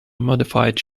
modified